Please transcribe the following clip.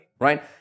right